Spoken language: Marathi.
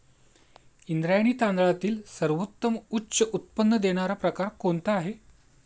इंद्रायणी तांदळातील सर्वोत्तम उच्च उत्पन्न देणारा प्रकार कोणता आहे?